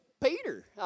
Peter